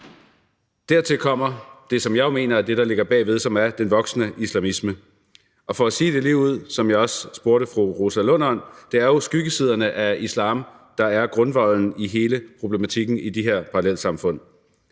Dertil kommer det, som jeg jo mener er det, der ligger bag ved, nemlig den voksende islamisme, og for at sige det ligeud – det var noget, som jeg også spurgte fru Rosa Lund om – er det jo skyggesiderne af islam, der er grundvolden i hele problematikken i de her parallelsamfund.